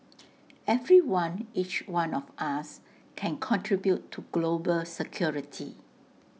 everyone each one of us can contribute to global security